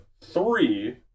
three